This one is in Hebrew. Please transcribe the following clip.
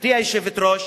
גברתי היושבת-ראש,